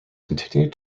continued